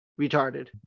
retarded